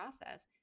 process